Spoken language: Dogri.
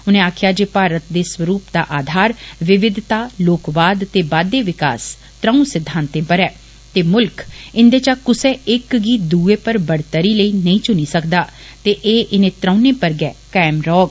उने आक्खेआ जे भारत दे स्वरुप दा आधार विविधता लोकवाद ते बाद्दे विकास त्रौंऊ सिद्दांतें पर ऐ ते मुल्ख इन्दे या कुसै इक गी दुए पर बढ़ोतरी लेई नेई चुनी सकदा ऐ ते एह इनें त्रौनें पर गै कायम रौह्ग